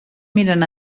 miren